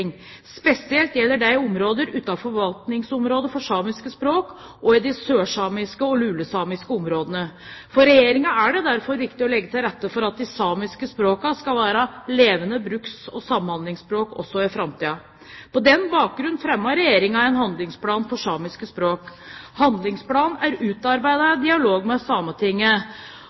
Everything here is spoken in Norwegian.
Spesielt gjelder dette i områdene utenfor forvaltningsområdet for samiske språk og i de sørsamiske og lulesamiske områdene. For Regjeringen er det derfor viktig å legge til rette for at de samiske språkene skal være levende bruks- og samhandlingsspråk også i framtiden. På denne bakgrunn fremmet Regjeringen i 2009 en handlingsplan for samiske språk. Handlingsplanen er utarbeidet i dialog med Sametinget.